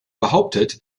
behauptet